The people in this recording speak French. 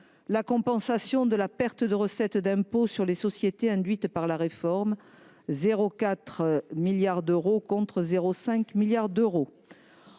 la compensation de la perte de recettes d’impôt sur les sociétés induite par la réforme, soit 0,4 milliard d’euros, contre 0,5 milliard